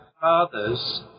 fathers